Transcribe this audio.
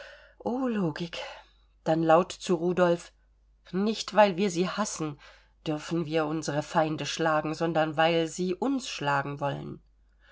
logik dann laut zu rudolf nicht weil wir sie hassen dürfen wir unsere feinde schlagen sondern weil sie uns schlagen wollen